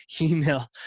email